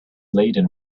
laden